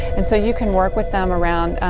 and so, you can work with them around